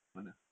mana